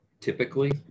typically